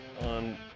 on